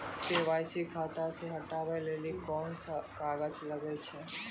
KYC खाता से हटाबै लेली कोंन सब कागज लगे छै?